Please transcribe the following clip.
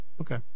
Okay